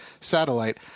satellite